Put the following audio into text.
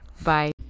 Bye